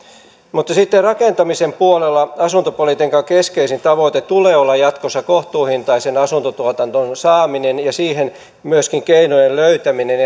mutta sitten rakentamisen puolella asuntopolitiikan keskeisimmän tavoitteen tulee olla jatkossa kohtuuhintaisen asuntotuotannon saaminen ja keinojen löytäminen